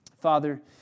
Father